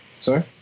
Sorry